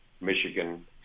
Michigan